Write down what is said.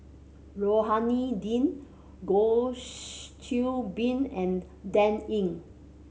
Rohani Din Goh Qiu Bin and Dan Ying